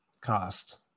cost